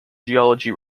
geology